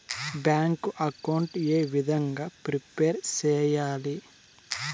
Bank account ఏ విధంగా prepare సెయ్యాలి?